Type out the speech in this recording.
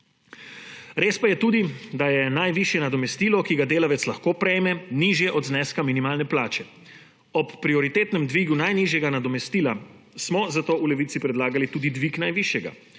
Res pa je tudi, da je najvišje nadomestilo, ki ga delavec lahko prejme, nižje od zneska minimalne plače. Ob prioritetnem dvigu najnižjega nadomestila smo zato v Levici predlagali tudi dvig najvišjega,